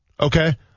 Okay